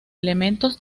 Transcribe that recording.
elementos